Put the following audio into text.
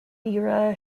era